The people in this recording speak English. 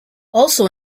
also